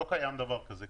לא קיים דבר כזה.